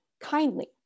kindly